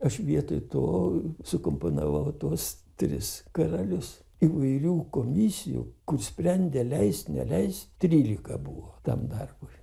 aš vietoj to sukomponavau tuos tris karalius įvairių komisijų kur sprendė leis neleis trylika buvo tam darbui